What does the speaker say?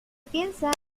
piensa